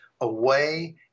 away